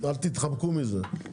אל תתחמקו מזה,